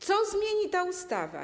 Co zmieni ta ustawa?